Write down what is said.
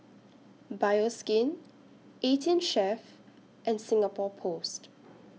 Bioskin eighteen Chef and Singapore Post